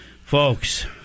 folks